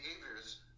behaviors